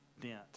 dent